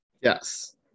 Yes